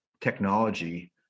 technology